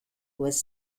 was